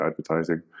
advertising